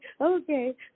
okay